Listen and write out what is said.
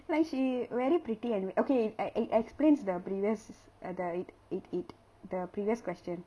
like she very pretty and we okay at and it explains the previous uh the it it the previous question